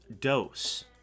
dose